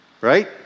Right